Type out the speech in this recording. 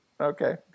Okay